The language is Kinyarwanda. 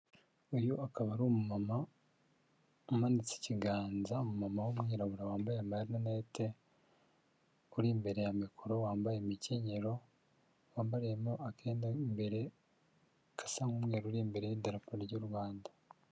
Uyu akaba arima umanitse ikiganza mama w'umwirabura wambaye amarinete uri imbere ya mikoro wambaye imikenyero wambariyemo akenda imbere gasa n'umweru uri imbere y'idarapo ry'u Rwanda.